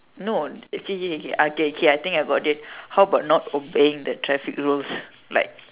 no okay okay okay okay okay I think about it how about not obeying the traffic rules like